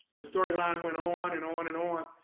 the storyline went on and on and on,